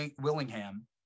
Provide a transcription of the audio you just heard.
Willingham